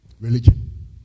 Religion